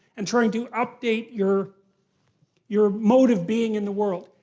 and trying to update your your mode of being in the world.